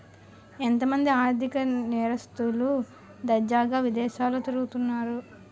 ఎంతో మంది ఆర్ధిక నేరస్తులు దర్జాగా విదేశాల్లో తిరుగుతన్నారు